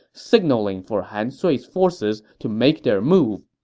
signaling for han sui's forces to make their move.